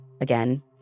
again